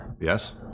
Yes